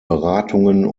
beratungen